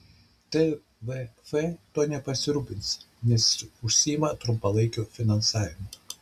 tvf tuo nepasirūpins nes jis užsiima trumpalaikiu finansavimu